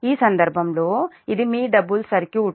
ఈ సందర్భంలో ఇది మీ డబుల్ సర్క్యూట్